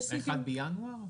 יש סעיפים --- 1 בינואר?